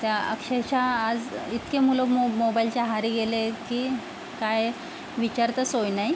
त्या अक्षरशः आज इतके मुलं मो मोबाईलच्या आहारी गेले आहेत की काय विचारता सोय नाही